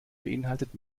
beinhaltet